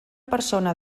persona